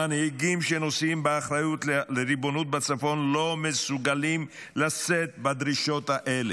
המנהיגים שנושאים באחריות לריבונות בצפון לא מסוגלים לשאת בדרישות האלה.